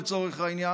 לצורך העניין,